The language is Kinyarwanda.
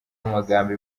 amagambo